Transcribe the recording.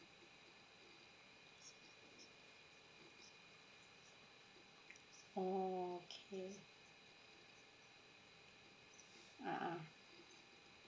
oh okay a'ah